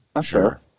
Sure